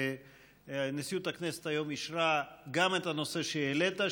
נשיאות הכנסת אישרה היום את הנושא שהעלית,